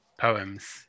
poems